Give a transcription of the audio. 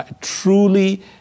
Truly